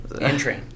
Entry